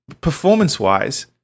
performance-wise